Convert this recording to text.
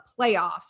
playoffs